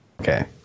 Okay